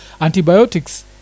antibiotics